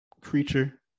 creature